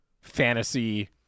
fantasy